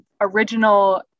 original